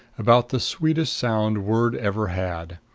about the sweetest sound word ever had.